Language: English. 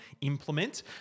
implement